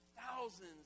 thousands